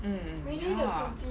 mm ya